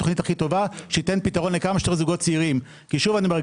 התוכנית הכי טובה שתיתן פתרון לכמה שיותר זוגות צעירים כי שוב אני אומר,